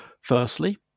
firstly